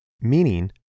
meaning